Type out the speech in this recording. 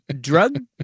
drug